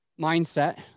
Mindset